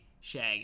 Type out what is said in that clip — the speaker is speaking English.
shaggy